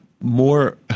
more